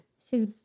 She's-